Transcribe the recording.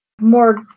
More